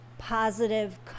positive